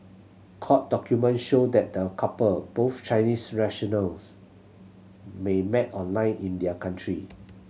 court document show that the couple both Chinese nationals may met online in their country